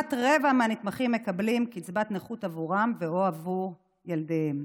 כמעט רבע מהנתמכים מקבלים קצבת נכות עבורם ו/או עבור ילדיהם.